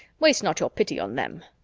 waste not your pity on them.